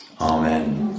Amen